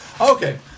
Okay